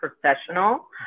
professional